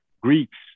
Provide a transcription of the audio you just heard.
Greeks